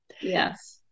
Yes